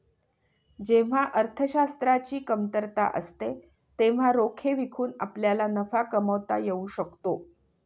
जेव्हा अर्थशास्त्राची कमतरता असते तेव्हा रोखे विकून आपल्याला नफा कमावता येऊ शकतो